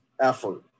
effort